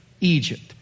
Egypt